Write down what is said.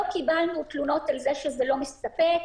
לא קיבלנו תלונות על זה שזה לא מספק.